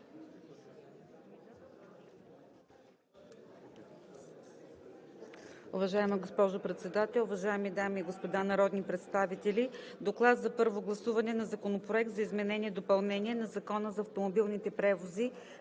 Уважаема госпожо Председател, уважаеми дами и господа народни представители! „ДОКЛАД за първо гласуване на Законопроект за изменение и допълнение на Закона за автомобилните превози,